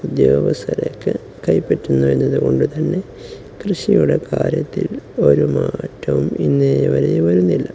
ഉദ്യോഗസ്ഥരൊക്കെ കൈപ്പറ്റുന്നു എന്നത് കൊണ്ടുതന്നെ കൃഷിയുടെ കാര്യത്തിൽ ഒരു മാറ്റവും ഇന്നേ വരെ വരുന്നില്ല